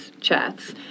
chats